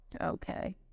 Okay